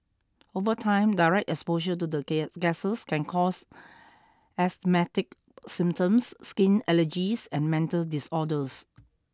over time direct exposure to the gases can cause asthmatic symptoms skin allergies and mental disorders